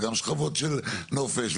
וגם שכבות של נופש,